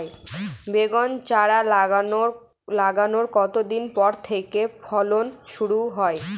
বেগুন চারা লাগানোর কতদিন পর থেকে ফলন শুরু হয়?